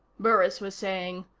burris was saying.